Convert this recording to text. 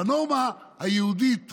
בנורמה היהודית החרדית,